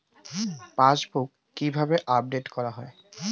Passbook কিভাবে update করা হয়?